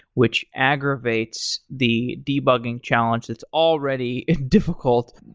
which aggravates the debugging challenge that's already difficult.